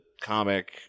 comic